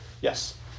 Yes